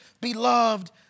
beloved